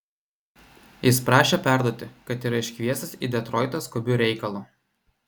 jis prašė perduoti kad yra iškviestas į detroitą skubiu reikalu